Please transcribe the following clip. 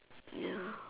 ya